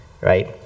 right